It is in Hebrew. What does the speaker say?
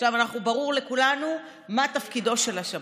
עכשיו ברור לכולנו מה תפקידו של השב"כ.